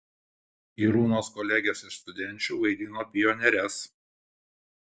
irūnos kolegės iš studenčių vaidino pionieres